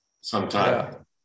sometime